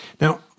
Now